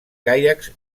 caiacs